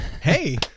Hey